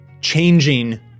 changing